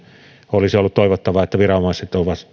olisi ollut toivottavaa että viranomaiset